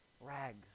rags